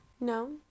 No